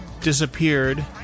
Disappeared